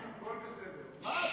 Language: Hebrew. מה?